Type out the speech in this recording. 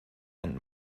and